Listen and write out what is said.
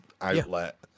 outlet